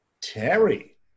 terry